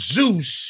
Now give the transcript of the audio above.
Zeus